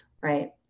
right